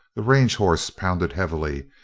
the range horse pounded heavily,